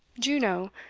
juno,